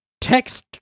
text